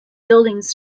buildings